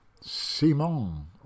Simon